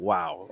Wow